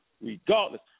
regardless